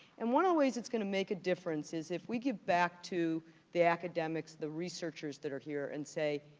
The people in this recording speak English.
and one of the ways it's gonna make a difference is if we give back to the academics, the researchers that are here, and say,